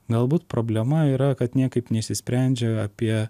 galbūt problema yra kad niekaip neišsisprendžia apie